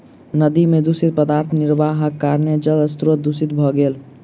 नदी में दूषित पदार्थ निर्वाहक कारणेँ जल स्त्रोत दूषित भ गेल